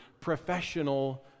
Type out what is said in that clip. professional